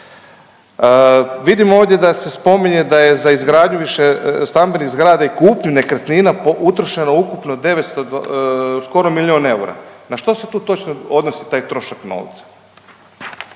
Vidimo ovdje da se spominje da je za izgradnju višestambenih zgrada i kupnju nekretnina utrošeno ukupno 900, skoro milijun eura. Na što se tu točno odnosi taj trošak novca?